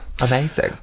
Amazing